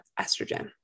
estrogen